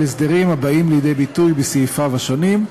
הסדרים הבאים לידי ביטוי בסעיפיו השונים,